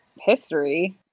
history